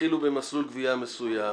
והתחילו במסלול גבייה מסוים.